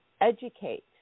Educate